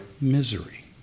misery